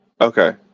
Okay